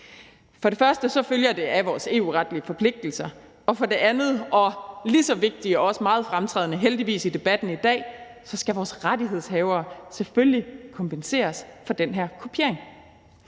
For det første følger det af vores EU-retlige forpligtelser, og for det andet og lige så vigtigt og heldigvis også meget fremtrædende i debatten i dag skal vores rettighedshavere selvfølgelig kompenseres for den her kopiering.